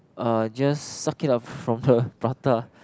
uh just suck it up from the prata